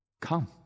Come